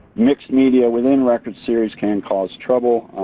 mixed media within record series can cause trouble,